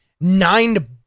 nine